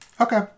Okay